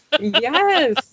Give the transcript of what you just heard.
Yes